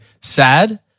sad